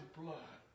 blood